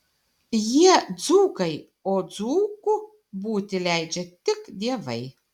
jie dzūkai o dzūku būti leidžia tik dievai